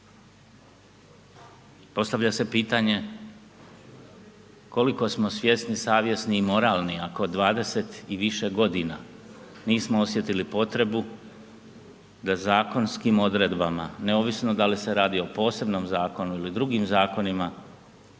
Postavlja se pitanje koliko smo svjesni, savjesni i moralni, ako 20 i više godina nismo osjetili potrebu da zakonskim odredbama, neovisno da li se radi o posebnom zakonu ili drugim zakonima,